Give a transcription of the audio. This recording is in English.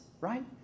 right